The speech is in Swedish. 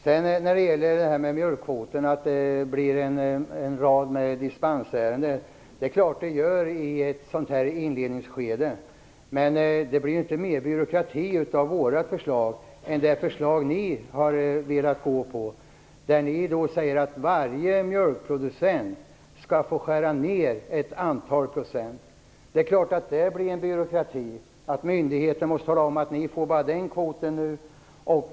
Det sades att det blir en rad dispensärenden när det gäller mjölkkvoterna. Det är klart att det blir på det sättet under ett inledningsskede. Men det blir inte mer byråkrati med våra förslag än med det förslag som ni har fört fram. Ni säger att varje mjölkproducent skall skära ner produktionen med ett antal procent. Det är klart att det blir en byråkrati när myndigheter skall tala om att man bara får en viss kvot.